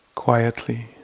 quietly